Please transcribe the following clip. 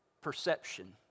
perception